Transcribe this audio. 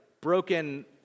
broken